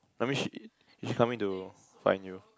that mean she she coming to find you